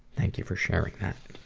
thank you for sharing that.